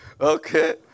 Okay